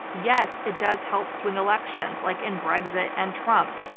yes, it does help swing elections like in brexit and trump.